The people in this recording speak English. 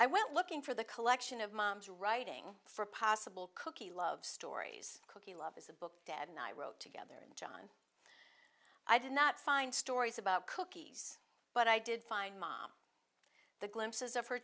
i went looking for the collection of moms writing for possible cookie love stories cookie love is a book dad and i wrote together i did not find stories about cookies but i did find mom the glimpses of her